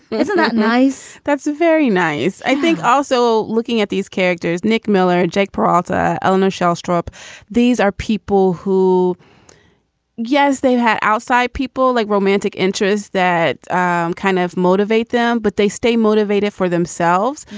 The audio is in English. isn't that nice? that's very nice. i think also looking at these characters, nick miller, jake perotta, el-nashar, strupp, these are people who yes, they've had outside people like romantic interest that um kind of motivate them, but they stay motivated for themselves.